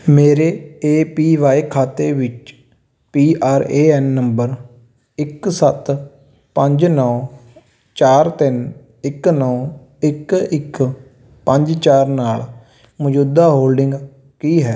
ਮੇਰੇ A P Y ਖਾਤੇ ਵਿੱਚ P R A N number ਇੱਕ ਸੱਤ ਪੰਜ ਨੌਂ ਚਾਰ ਤਿੰਨ ਇੱਕ ਨੌਂ ਇੱਕ ਇੱਕ ਪੰਜ ਚਾਰ ਨਾਲ ਮੌਜੂਦਾ ਹੋਲਡਿੰਗ ਕੀ ਹੈ